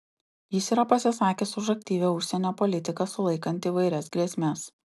jis yra pasisakęs už aktyvią užsienio politiką sulaikant įvairias grėsmes